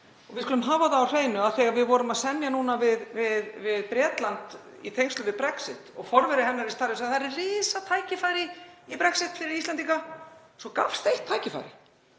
Við skulum hafa það á hreinu að þegar við vorum að semja við Bretland í tengslum við Brexit þá sagði forveri hennar í starfi að það væru risatækifæri í Brexit fyrir Íslendinga. Svo gafst eitt tækifæri.